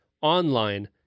online